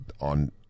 on